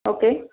okay